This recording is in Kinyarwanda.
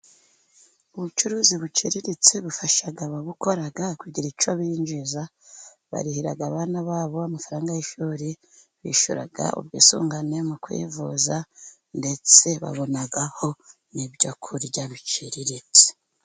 Ubucuruzi buciriritse bufasha ababukora kugira icyo binjiza, barihira abana babo amafaranga y'ishuri, bishyura ubwisungane mu kwivuza, ndetse babonaho n'ibyo kurya biciriritse.